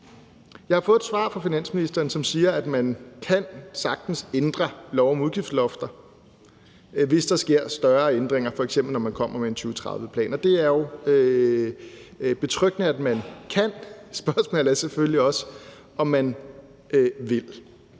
Jeg har fået et svar fra finansministeren, som siger, at man sagtens kan ændre lov om udgiftslofter, hvis der sker større ændringer, f.eks. når man kommer med en 2030-plan, og det er jo betryggende, at man kan det. Spørgsmålet er selvfølgelig også, om man vil.